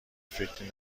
فکری